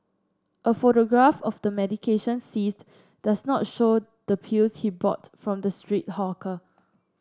a photograph of the medication seized does not show the pills he bought from the street hawker